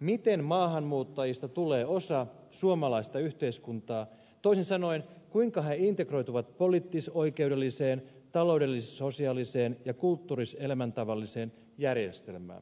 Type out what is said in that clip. miten maahanmuuttajista tulee osa suomalaista yhteiskuntaa toisin sanoen kuinka he integroituvat poliittis oikeudelliseen taloudellis sosiaaliseen ja kulttuuris elämäntavalliseen järjestelmään